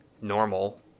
normal